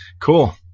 Cool